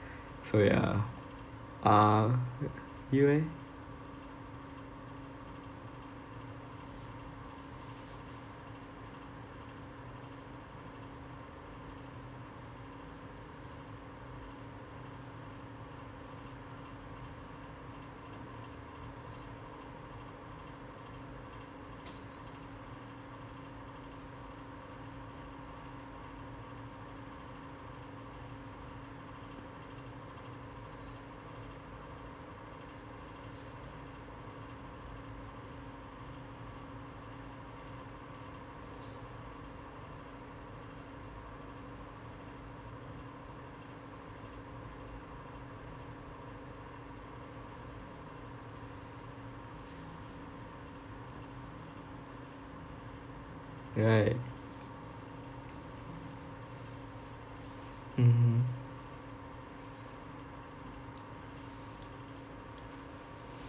so ya uh uh you eh right mmhmm